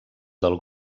del